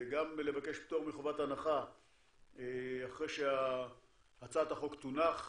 גם לבקש פטור מחובת הנחה אחרי שהצעת החוק תונח,